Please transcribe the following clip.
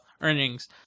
earnings